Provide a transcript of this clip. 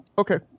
Okay